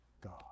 God